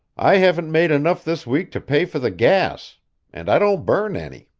i haven't made enough this week to pay for the gas and i don't burn any.